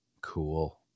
Cool